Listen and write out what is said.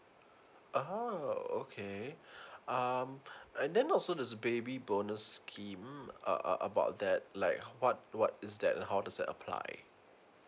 oh okay um and then also those baby bonus scheme um uh about that like what what is that how does that apply